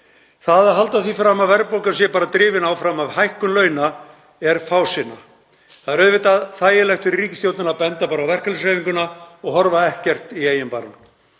Það að halda því fram að verðbólgan sé bara drifin áfram af hækkun launa er fásinna. Það er auðvitað þægilegt fyrir ríkisstjórnina að benda bara á verkalýðshreyfinguna og líta ekkert í eigin barm.